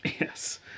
Yes